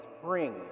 spring